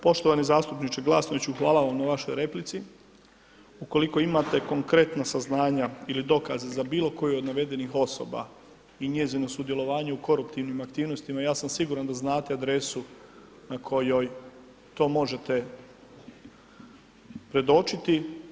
Poštovani zastupniče Glasnović, hvala vam na vašoj replici, ukoliko imate konkretna saznanja ili dokaz za bilo koju navedenih osoba i njezinu sudjelovanju u koruptivnim aktivnostima, ja sam siguran da znate adresu na kojoj to možete predočiti.